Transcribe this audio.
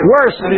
Worse